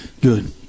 Good